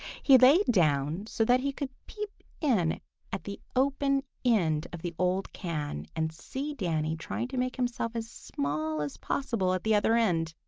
he lay down so that he could peep in at the open end of the old can and see danny trying to make himself as small as possible at the other end.